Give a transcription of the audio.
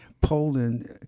Poland